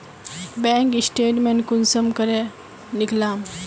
Bank statement कुंसम करे निकलाम?